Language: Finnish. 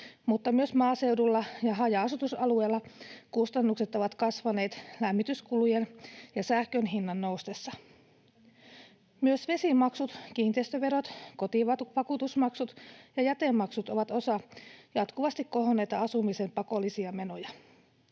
mutta myös maaseudulla ja haja-asutusalueilla kustannukset ovat kasvaneet lämmityskulujen ja sähkön hinnan noustessa. Myös vesimaksut, kiinteistöverot, kotivakuutusmaksut ja jätemaksut ovat osa jatkuvasti kohonneita asumisen pakollisia menoja.